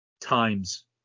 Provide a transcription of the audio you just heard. times